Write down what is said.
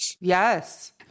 Yes